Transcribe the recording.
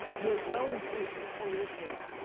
your dwelling places, o israel!